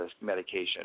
medication